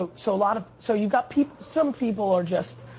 ah so a lot of, so you've got people, some people are just,